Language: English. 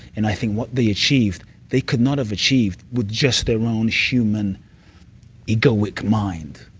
and i think what they achieved they could not have achieved with just their own human egoic mind.